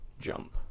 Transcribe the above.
jump